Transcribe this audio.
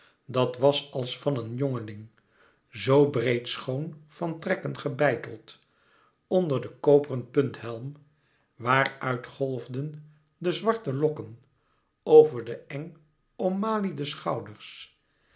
dat was als van een jongeling zoo breed schoon van trekken gebeiteld onder den koperen punthelm waar uit golfden de zwarte lokken over de eng ommaliede schouders